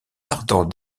ardent